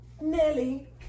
Nelly